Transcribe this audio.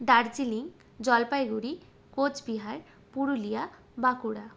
Darjeeling Jalpaiguri Cooch Behar Purulia Bankura